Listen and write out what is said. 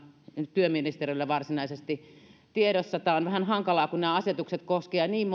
työministerillä varsinaisesti tiedossa tämä on vähän hankalaa kun nämä asetukset koskevat niin